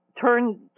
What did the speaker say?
turn